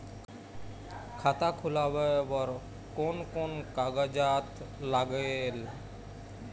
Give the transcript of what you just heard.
खाता खुलवाय बर कोन कोन कागजात लागेल?